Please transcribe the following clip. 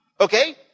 okay